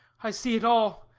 i see it all,